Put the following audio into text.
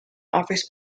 offers